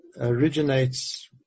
originates